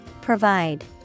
Provide